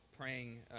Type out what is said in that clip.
praying